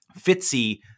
Fitzy